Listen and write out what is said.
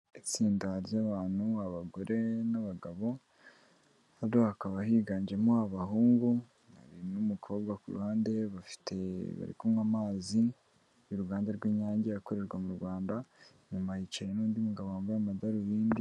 Itsinda ry'abantu abagore n'abagabo, hakaba higanjemo abahungu n'umukobwa ku ruhande bari kunywa amazi y'uruganda rw'inyange akorerwa m'u Rwanda, inyuma hicayemo undi mugabo wambaye amadarubindi.